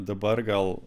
dabar gal